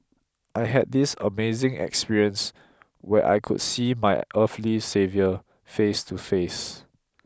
I had this amazing experience where I could see my earthly saviour face to face